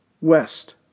west